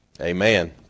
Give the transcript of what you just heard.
Amen